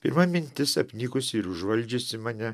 pirma mintis apnikusi ir užvaldžiusi mane